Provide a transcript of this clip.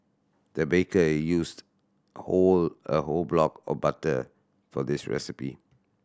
the baker used whole a whole block of butter for this recipe